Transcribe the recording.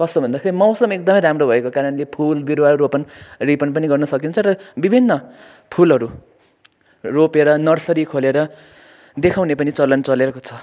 कस्तो भन्दा मौसम एकदमै राम्रो भएको कारणले फुल बिरुवा रोपनरापन पनि गर्नसकिन्छ र विभिन्न फुलहरू रोपेर नर्सरी खोलेर देखाउने पनि चलन चलेको छ